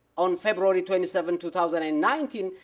on february twenty seven, two thousand and nineteen,